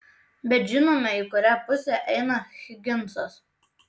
bet žinome į kurią pusę eina higinsas